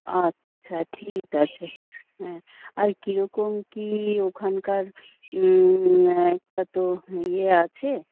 আচ্ছা ঠিক আছে হ্যাঁ আর কী রকম কী ওখানকার একটা তো ইয়ে আছে